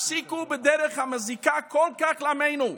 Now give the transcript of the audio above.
הפסיקו בדרך המזיקה כל כך לעמנו.